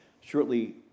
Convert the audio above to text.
Shortly